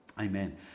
Amen